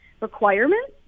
requirements